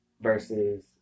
versus